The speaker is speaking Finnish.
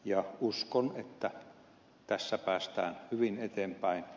uskon että tässä päästään hyvin eteenpäin